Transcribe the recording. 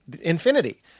infinity